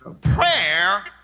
Prayer